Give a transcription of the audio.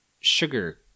sugar